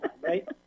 right